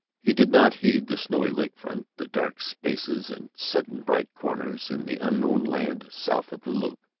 he did not heed the snowy lake-front, the dark spaces and sudden bright corners in the unknown land south of the loop.